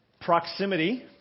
Proximity